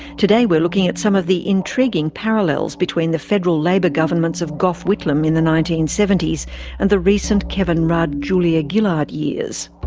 today we're looking at some of the intriguing parallels between the federal labor governments of gough whitlam in the nineteen seventy s and the recent kevin rudd julia gillard years.